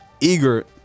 eager